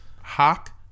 Hawk